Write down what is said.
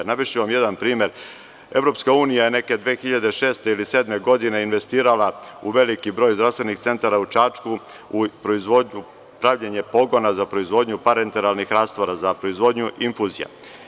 Navešću vam jedna primer – EU je neke 2006. ili 2007. godine, investirala u veliki broj zdravstvenih centara u Čačku u pravljenju pogona za proizvodnju parenteralnih rastvora za proizvodnju infuzija.